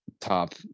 top